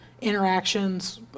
interactions